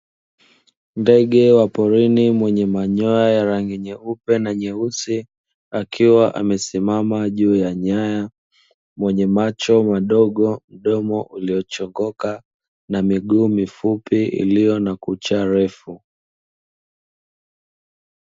Ndege wa porini mwenye manyoya ya rangi nyeupe na nyeusi, akiwa amesimama juu ya nyaya. Mwenye macho madogo, mdomo uliochongoka na miguu mifupi iliyo na kucha refu.